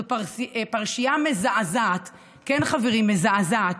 זו פרשייה מזעזעת, כן, חברים, מזעזעת.